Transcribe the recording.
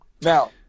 Now